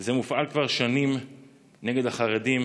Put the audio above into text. זה הופעל כבר שנים נגד החרדים,